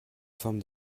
forme